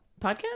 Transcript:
podcast